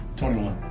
21